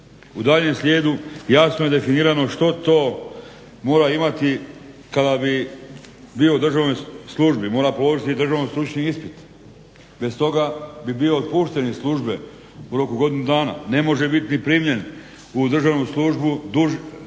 U daljnjem slijedu jasno je definirano što to mora imati kada bi bio u državnoj službi. Mora položiti državni stručni ispit. Bez toga bi bio otpušten iz službe u roku godine dana. Ne može biti primljen u državnu službu